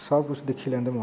सबकुछ दिक्खी लैंदे न ओह्